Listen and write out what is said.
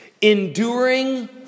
Enduring